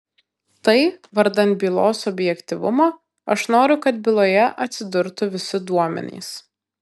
tai vardan bylos objektyvumo aš noriu kad byloje atsidurtų visi duomenys